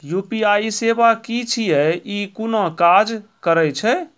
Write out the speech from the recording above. UPI सेवा की छियै? ई कूना काज करै छै?